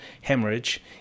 hemorrhage